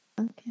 Okay